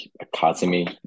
academy